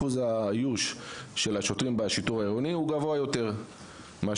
אחוז האיוש של השוטרים בשיטור העירוני הוא גבוה יותר מאשר